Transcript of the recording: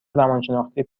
روانشناختی